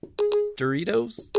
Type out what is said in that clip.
Doritos